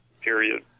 period